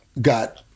got